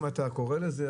אם אתה קורא לזה,